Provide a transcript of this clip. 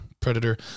Predator